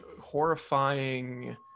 horrifying